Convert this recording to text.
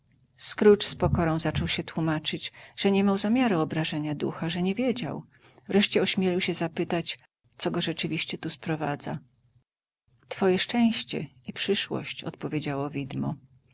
z pokorą zaczął się tłumaczyć że nie miał zamiaru obrażenia ducha że nie wiedział wreszcie ośmielił się zapytać co go rzeczywiście tu sprowadza twoje szczęście i przyszłość odpowiedziało